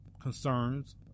concerns